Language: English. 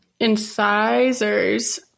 incisors